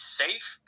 safe